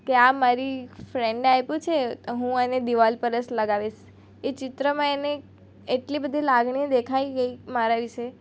કે આ મારી ફ્રેન્ડે આપ્યું છે હું આને દીવાલ પર જ લગાવીશ એ ચિત્રમાં એને એટલી બધી લાગણી દેખાઇ ગઈ મારા વિશે